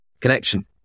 Connection